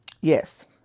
Yes